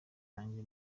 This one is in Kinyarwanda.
yanjye